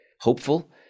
hopeful